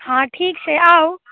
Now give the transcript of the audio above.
हँ ठीक छै आउ